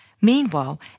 Meanwhile